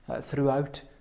throughout